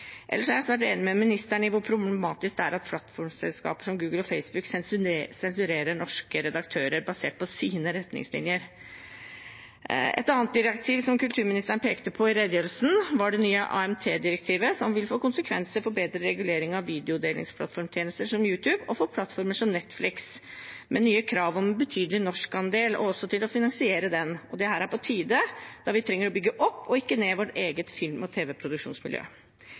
er jeg svært enig med ministeren i hvor problematisk det er at plattformselskaper som Google og Facebook sensurerer norske redaktører basert på sine retningslinjer. Et direktiv som kulturministeren pekte på i redegjørelsen, var det nye AMT-direktivet, som vil få konsekvenser for bedre regulering av tjenester fra videodelingsplattformer som YouTube og for plattformer som Netflix, med nye krav om betydelig norskandel og til å finansiere den. Det er på tide, da vi trenger å bygge opp og ikke ned vårt eget film- og